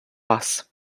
вас